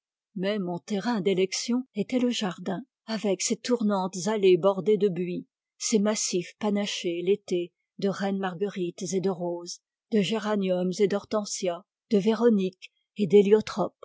mais mon terrain d'élection était le jardin avec ses tournantes allées bordées de buis ses massifs panachés l'été de reines marguerites et de roses de géraniums et d'hortensias de véroniques et